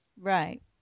Right